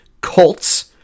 Colts